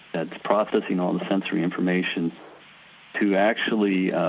that's processing all the sensory information to actually,